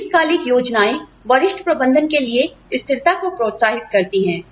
दीर्घकालिक योजनाएँ वरिष्ठ प्रबंधन के लिए स्थिरता को प्रोत्साहित करती हैं